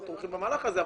לא תומכים במהלך הזה,